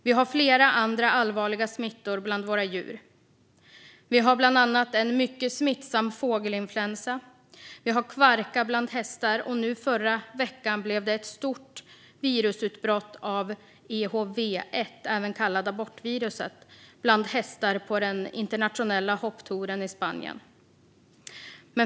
Vi har flera andra allvarliga smittor bland våra djur, bland annat en mycket smittsam fågelinfluensa och kvarka bland hästar. I förra veckan blev det ett stort utbrott av EHV-1, även kallat abortviruset, bland hästar på den internationella hopptouren i Spanien.